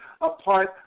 apart